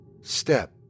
Step